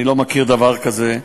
אני לא מכיר דבר כזה,